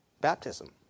Baptism